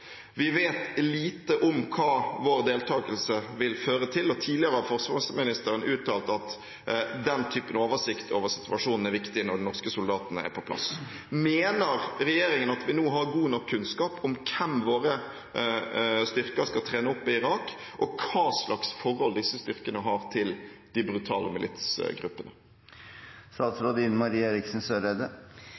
Vi vet lite om hva vår deltakelse vil føre til. Tidligere har forsvarsministeren uttalt at den typen oversikt over situasjonen er viktig når de norske soldatene er på plass. Mener regjeringen at vi nå har god nok kunnskap om hvem våre styrker skal trene opp i Irak, og hva slags forhold disse styrkene har til de brutale militsgruppene?